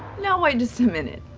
now wait just a minute.